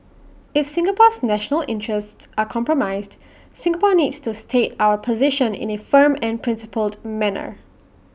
if Singapore's national interests are compromised Singapore needs to state our position in A firm and principled manner